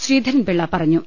ശ്രീധരൻ പിള്ള പറഞ്ഞു